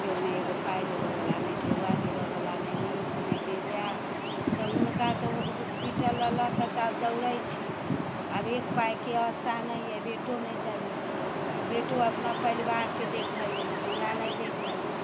केओ नहि एगो पाइ देबऽवला नहि ढ़ौआ देबऽवला ने नीक ने बेजाय तऽ हुनका तऽ होस्पिटल लऽ लऽके तऽ आब दौड़ै छी आब एक पाइके आशा नहि अइ बेटो नहि दैये बेटो अपना परिवारके देखैये हमरा नहि देखैये